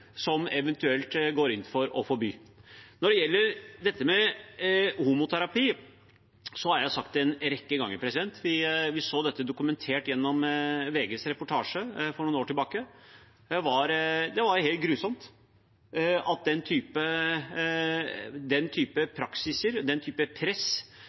som eventuelt går inn for å forby. Når det gjelder homoterapi, så vi dette dokumentert gjennom VGs reportasje for noen år siden. Det er ikke alle saker jeg har oversikt over om det som har skjedd i praksis, men det er helt grusomt at unge, og også barn for den